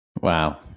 Wow